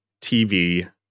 TV